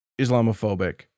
Islamophobic